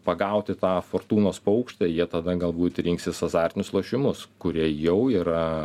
pagauti tą fortūnos paukštę jie tada galbūt rinksis azartinius lošimus kurie jau yra